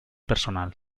personal